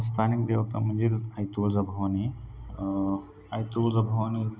स्थानिक देवता म्हणजे ज् आई तुळजाभवानी आई तुळजाभवानी